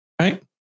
right